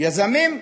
יזמים ותושבים.